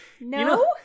No